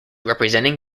representing